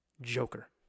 Joker